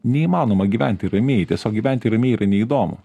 neįmanoma gyventi ramiai tiesiog gyventi ramiai yra neįdomu